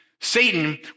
Satan